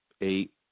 eight